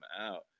out